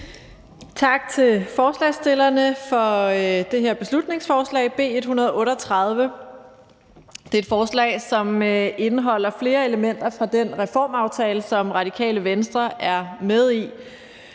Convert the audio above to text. Tak til forslagsstillerne for B 138. Det er et forslag, som indeholder flere elementer fra den reformaftale, som Radikale Venstre er med i.